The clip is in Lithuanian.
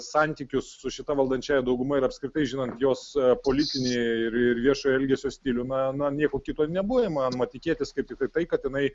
santykius su šita valdančiąja dauguma ir apskritai žinant jos politinį ir ir viešo elgesio stilių na na nieko kito nebuvo įmanoma tikėtis kaip tiktai tai kad jinai